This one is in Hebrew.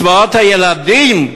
קצבאות הילדים,